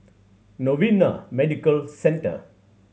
Novena Medical Centre